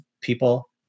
people